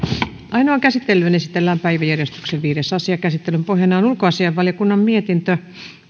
ainoaan käsittelyyn esitellään päiväjärjestyksen viides asia käsittelyn pohjana on ulkoasiainvaliokunnan mietintö